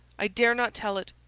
i dare not tell it.